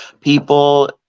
people